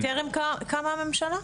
זה היה טרם קמה הממשלה?